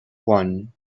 one